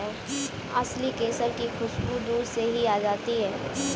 असली केसर की खुशबू दूर से ही आ जाती है